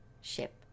ship